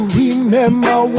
remember